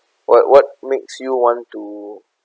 what what makes you want to